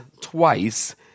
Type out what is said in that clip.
twice